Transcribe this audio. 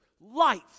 life